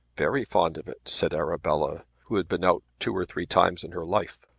very fond of it, said arabella who had been out two or three times in her life.